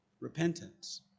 repentance